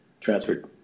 transferred